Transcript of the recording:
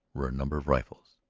were a number of rifles.